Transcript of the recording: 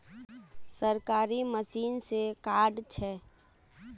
सरकारी मशीन से कार्ड छै?